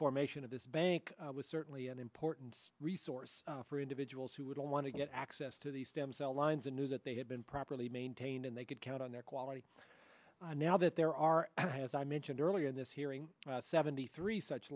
formation of this bank was certainly an important resource for individuals who would want to get access to these stem cell lines and knew that they had been properly maintained and they could count on their quality and now that there are as i mentioned earlier in this hearing seventy three such